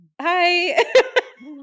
hi